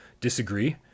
disagree